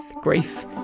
grief